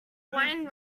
wine